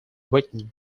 written